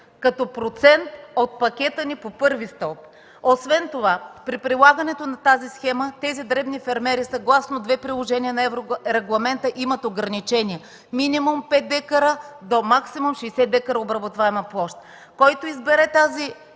като процент от пакета ни по първи стълб. Освен това при прилагането на тази схема дребните фермери, съгласно две приложения на еврорегламента, имат ограничения – минимум 5 дка до максимум 60 дка обработваема площ. Който избере тази